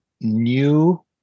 new